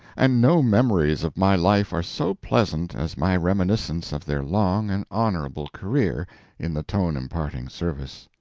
and no memories of my life are so pleasant as my reminiscence of their long and honorable career in the tone-imparting service.